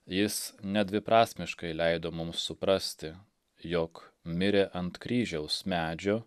jis nedviprasmiškai leido mums suprasti jog mirė ant kryžiaus medžio